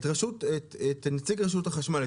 את נציג רשות החשמל,